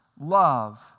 Love